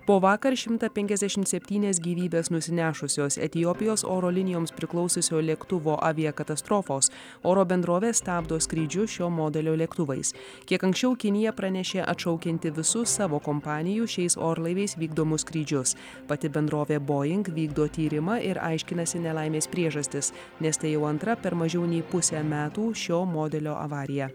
po vakar šimtą penkiasdešimt septynias gyvybes nusinešusios etiopijos oro linijoms priklausiusio lėktuvo aviakatastrofos oro bendrovė stabdo skrydžius šio modelio lėktuvais kiek anksčiau kinija pranešė atšaukianti visų savo kompanijų šiais orlaiviais vykdomus skrydžius pati bendrovė boing vykdo tyrimą ir aiškinasi nelaimės priežastis nes tai jau antra per mažiau nei pusę metų šio modelio avarija